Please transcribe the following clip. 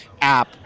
app